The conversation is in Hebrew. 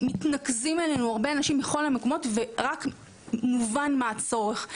מתנקזים אלינו למחלקה הרבה אנשים מכל המקומות ורק מובן מה הוא הצורך.